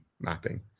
Mapping